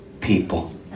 People